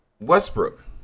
Westbrook